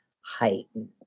heightened